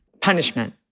punishment